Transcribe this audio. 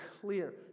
clear